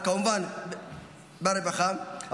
כמובן ברווחה,